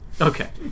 Okay